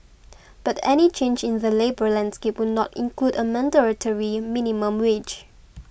but any change in the labour landscape would not include a mandatory minimum wage